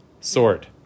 sword